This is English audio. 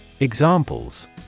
Examples